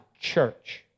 church